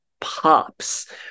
pops